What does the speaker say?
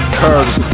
curves